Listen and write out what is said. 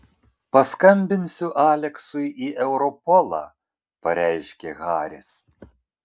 paskambinsiu aleksui į europolą pareiškė haris